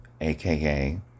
aka